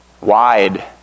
Wide